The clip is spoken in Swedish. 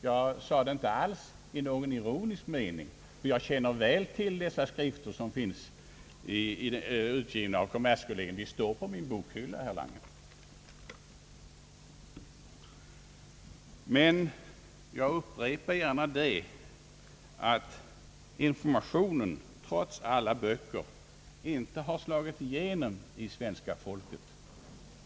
Jag framhöll inte alls detta i någon ironisk mening, ty jag känner väl till de skrifter i detta ämne som är utgivna av kommerskollegium. De står på min bokhylla, herr Lange. Men jag upprepar emellertid att informationen trots alla böcker inte har slagit igenom hos svenska folket.